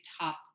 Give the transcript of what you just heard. top